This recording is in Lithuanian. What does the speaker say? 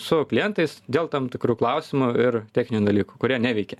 su klientais dėl tam tikrų klausimų ir techninių dalykų kurie neveikia